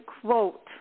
quote